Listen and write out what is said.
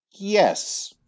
yes